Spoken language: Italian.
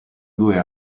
due